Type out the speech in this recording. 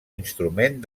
instrument